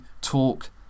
talk